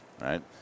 right